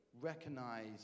recognize